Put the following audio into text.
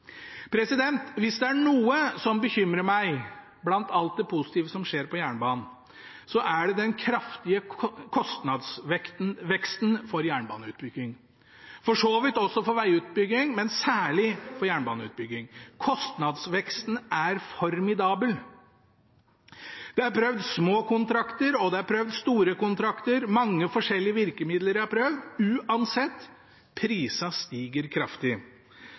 Hvis det er noe som bekymrer meg blant alt det positive som skjer på jernbanen, er det den kraftige kostnadsveksten for jernbaneutbygging, for så vidt også for vegutbygging, men særlig for jernbaneutbygging. Kostnadsveksten er formidabel. Det er prøvd små kontrakter, og det er prøvd store kontrakter, mange forskjellige virkemidler er prøvd, og uansett stiger prisene kraftig.